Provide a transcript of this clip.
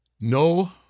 no